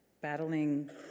battling